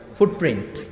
footprint